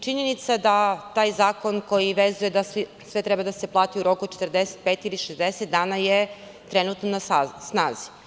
Činjenica je da je taj zakon koji obavezuje da sve treba da se plati u roku od 45 i 60 dana trenutno na snazi.